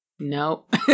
Nope